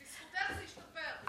בזכותך זה ישתפר.